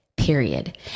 period